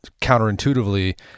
counterintuitively